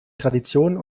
tradition